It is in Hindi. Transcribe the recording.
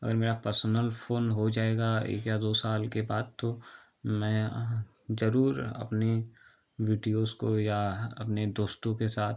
अगर मेरा पर्सनल फ़ोन हो जाएगा एक या दो साल के बाद तो मैं ज़रूर अपने विडियोस को या अपने दोस्तों के साथ